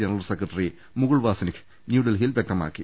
general secretary Mukul Wasnik ന്യൂഡൽഹിയിൽ വ്യക്തമാക്കി